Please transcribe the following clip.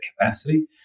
capacity